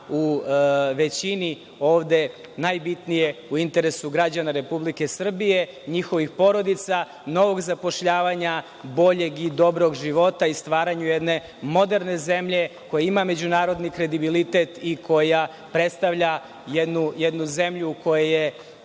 u većini najbitnije ovde, u interesu građana Republike Srbije, njihovih porodica, novog zapošljavanja, boljeg i dobrog života i stvaranju jedne moderne zemlje koja ima međunarodni kredibilitet i koja predstavlja jednu zemlju u koju je